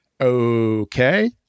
okay